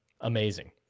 amazing